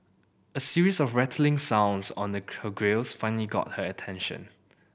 a series of rattling sounds on the her grilles finally got her attention